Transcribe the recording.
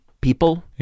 people